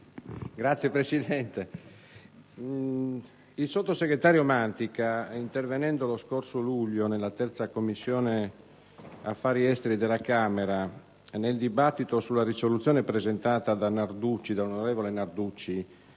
colleghi, il sottosegretario Mantica, intervenendo lo scorso luglio nella III Commissione affari esteri della Camera nel dibattito sulla risoluzione presentata dall'onorevole Franco